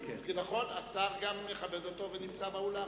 ונכון, השר מכבד אותו ונמצא גם באולם.